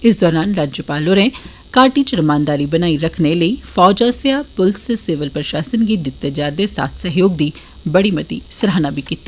इस दौरान राज्यपाल होरें घाटी च रमानदारी बनाई रक्खने लेई फौज आसेआ पुलस ते सिविल प्रशासन गी दिते जाध्रदे साथ सैह्योग दी मती सिफ्त कीती